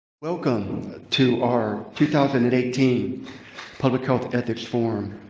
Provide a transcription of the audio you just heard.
welcome to our two thousand and eighteen public health ethics forum,